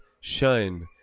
shine